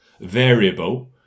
variable